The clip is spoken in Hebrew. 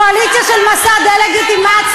קואליציה של מסע דה-לגיטימציה.